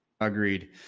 agreed